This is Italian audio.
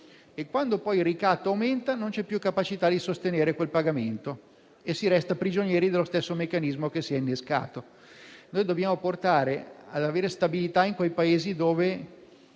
Quando poi il ricatto aumenta, non c'è più la capacità di sostenere quel pagamento e si resta prigionieri dello stesso meccanismo che si è innescato. Dobbiamo portare la stabilità in quei Paesi dove